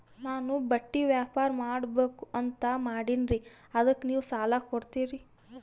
ನಾನು ಬಟ್ಟಿ ವ್ಯಾಪಾರ್ ಮಾಡಬಕು ಅಂತ ಮಾಡಿನ್ರಿ ಅದಕ್ಕ ನೀವು ಸಾಲ ಕೊಡ್ತೀರಿ?